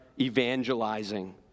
evangelizing